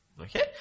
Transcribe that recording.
Okay